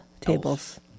Tables